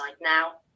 now